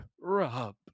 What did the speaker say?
rub